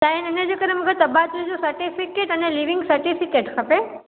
छाहे इन जे करे मूंखे तबादिले जो सर्टिफ़िकेट अने लीविंग सर्टिफ़िकेट खपे